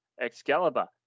Excalibur